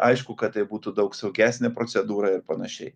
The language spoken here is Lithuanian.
aišku kad tai būtų daug saugesnė procedūra ir panašiai